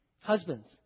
Husbands